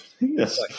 Yes